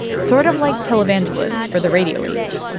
sort of like televangelists for the radio age.